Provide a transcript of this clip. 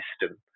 system